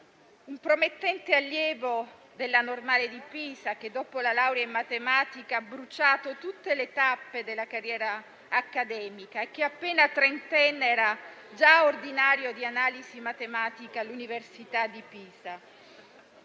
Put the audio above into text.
Promettente allievo della Scuola Normale Superiore di Pisa, dopo la laurea in matematica, ha bruciato tutte le tappe della carriera accademica e che, appena trentenne, era già ordinario di analisi matematica all'Università di Pisa,